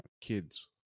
kids